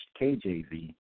KJV